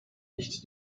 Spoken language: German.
nicht